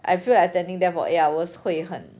I feel like standing there for eight hours 会很